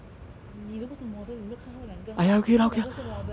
你又不是 model 你有没有看他们两个他们两个他们两个是 model leh